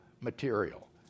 material